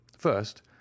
First